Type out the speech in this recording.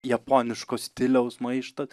japoniško stiliaus maištas